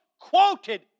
quoted